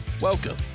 Welcome